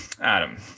Adam